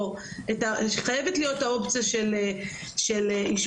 חייבת להיות האופציה של אשפוז,